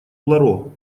ларо